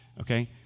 Okay